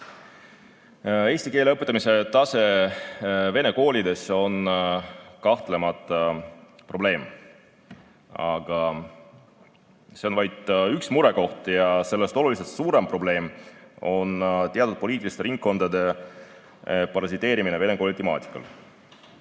Eesti keele õpetamise tase vene koolides on kahtlemata probleem, aga see on vaid üks murekoht. Sellest oluliselt suurem probleem on teatud poliitiliste ringkondade parasiteerimine vene kooli temaatikal. Head